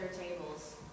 tables